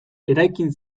eraikin